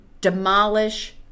demolish